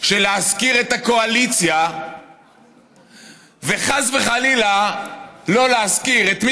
של להזכיר את הקואליציה וחס וחלילה לא להזכיר את מי